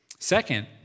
Second